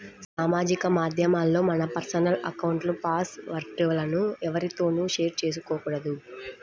సామాజిక మాధ్యమాల్లో మన పర్సనల్ అకౌంట్ల పాస్ వర్డ్ లను ఎవ్వరితోనూ షేర్ చేసుకోకూడదు